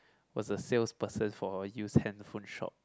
was a salesperson for a used handphone shop